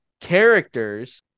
characters